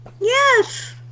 Yes